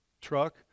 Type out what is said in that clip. truck